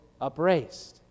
upraised